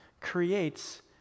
creates